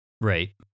Right